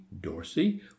dorsey